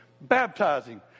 baptizing